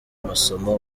amasomo